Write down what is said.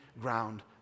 ground